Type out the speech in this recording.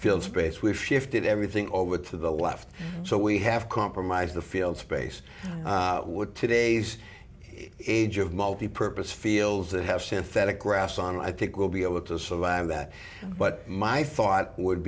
field space which shifted everything over to the left so we have compromised the field space would today's is age of multi purpose fields that have synthetic grass on i think we'll be able to survive that but my thought would